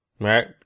right